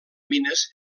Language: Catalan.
mines